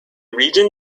region